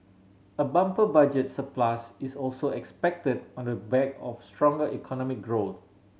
a bumper Budget surplus is also expected on the back of stronger economic growth